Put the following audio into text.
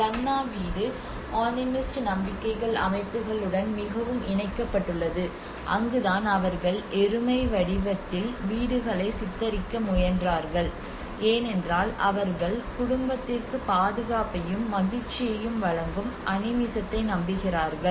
லன்னா வீடு ஆனிமிஸ்ட் நம்பிக்கைகள் அமைப்புகளுடன் மிகவும் இணைக்கப்பட்டுள்ளது அங்குதான் அவர்கள் எருமை வடிவத்தில் வீடுகளை சித்தரிக்க முயன்றார்கள் ஏனென்றால் அவர்கள் குடும்பத்திற்கு பாதுகாப்பையும் மகிழ்ச்சியையும் வழங்கும் அனிமிசத்தை நம்புகிறார்கள்